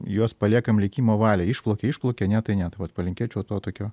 juos paliekam likimo valiai išplaukia išplaukia ne tai tai ne tai vat palinkėčiau to tokio